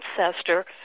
ancestor